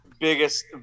Biggest